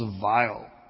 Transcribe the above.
vile